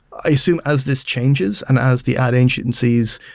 i assume as this changes and as the ad agencies